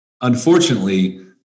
unfortunately